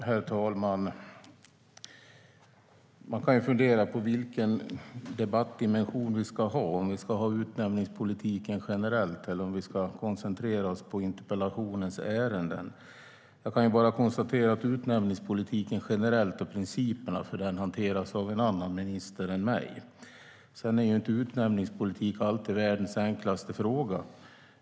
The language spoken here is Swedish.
Herr talman! Man kan fundera på vilken debatt vi ska ha. Ska vi debattera utnämningspolitiken generellt, eller ska vi koncentrera oss på interpellationens ärenden? Jag kan bara konstatera att utnämningspolitiken generellt, och principerna för den, hanteras av en annan minister än mig. Sedan är utnämningspolitik inte alltid världens enklaste fråga.